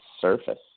surface